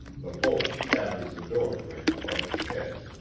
the bullet shattered the door frame above his head.